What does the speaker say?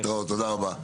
להתראות, תודה רבה.